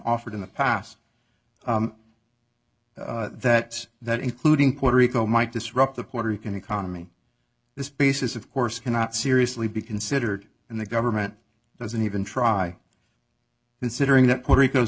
offered in the past that that including puerto rico might disrupt the puerto rican economy this basis of course cannot seriously be considered and the government doesn't even try considering that puerto rico's